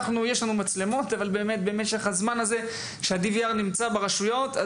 יש לנו מצלמות אבל במשך הזמן הזה שה-DVR נמצא ברשויות,